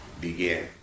began